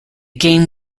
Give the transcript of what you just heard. game